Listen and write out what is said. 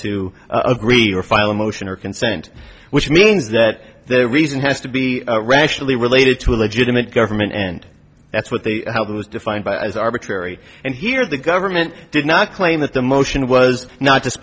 to agree or file a motion or consent which means that the reason has to be rationally related to a legitimate government and that's what the house was defined by as arbitrary and here the government did not claim that the motion was not